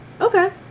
Okay